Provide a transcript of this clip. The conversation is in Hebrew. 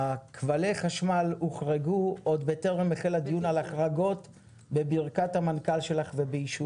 כבלי החשמל הוחרגו עוד בטרם החל הדיון על החרגות בברכת המנכ"ל ובאישורו.